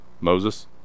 Moses